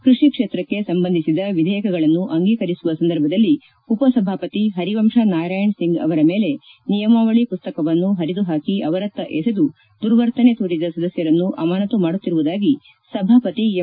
ಕೃಷಿ ಕ್ಷೇತ್ರಕ್ಕೆ ಸಂಬಂಧಿಸಿದ ವಿಧೇಯಕಗಳನ್ನು ಅಂಗೀಕರಿಸುವ ಸಂದರ್ಭದಲ್ಲಿ ಉಪಸಭಾಪತಿ ಹರಿವಂಶ ನಾರಾಯಣ್ ಸಿಂಗ್ ಅವರ ಮೇಲೆ ನಿಯಮಾವಳಿ ಮಸ್ತಕವನ್ನು ಹರಿದು ಹಾಕಿ ಅವರತ್ತ ಎಸೆದು ದುರ್ವತನೆ ತೋರಿದ ಸದಸ್ಯರನ್ನು ಅಮಾನತು ಮಾಡುತ್ತಿರುವುದಾಗಿ ಸಭಾಪತಿ ಎಂ